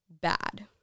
bad